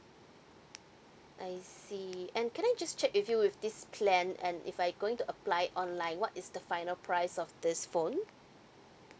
I see and can I just check with you with this plan and if I going to apply it online what is the final price of this phone